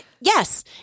yes